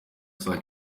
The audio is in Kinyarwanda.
saa